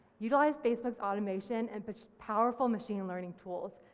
utilise facebook's automation and but powerful machine learning tools,